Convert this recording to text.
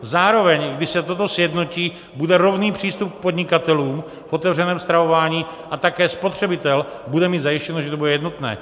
Zároveň, když se toto sjednotí, bude rovný přístup k podnikatelům v otevřeném stravování a také spotřebitel bude mít zajištěno, že to bude jednotné.